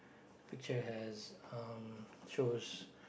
a picture has um shows